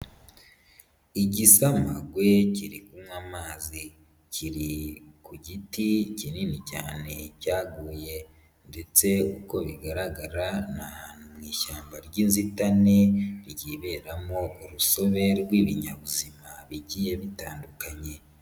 Igisamagwe kiri kunywa amazi. Kiri ku giti kinini cyane cyaguye ndetse uko bigaragara mu ishyamba ry'inzitane, ryiberamo urusobe rw'ibinyabuzima bigiye bitandukanye.